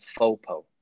FOPO